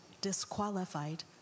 disqualified